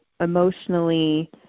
emotionally